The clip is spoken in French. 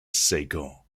second